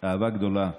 אהבה גדולה,